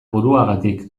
buruagatik